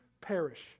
perish